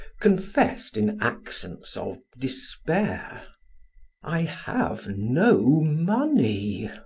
confessed in accents of despair i have no money!